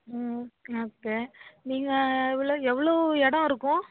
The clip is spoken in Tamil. ம் ஓகே நீங்கள் எவ்வளோ எவ்வளோ எடம் இருக்கும்